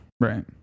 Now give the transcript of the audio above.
right